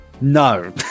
no